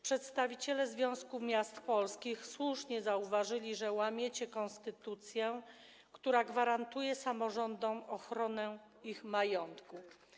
Przedstawiciele Związku Miast Polskich słusznie zauważyli, że łamiecie konstytucję, która gwarantuje samorządom ochronę ich majątku.